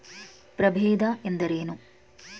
ಪ್ರಭೇದ ಎಂದರೇನು?